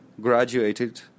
graduated